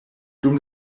dum